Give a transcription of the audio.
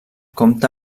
compta